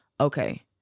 okay